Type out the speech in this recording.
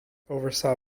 oversaw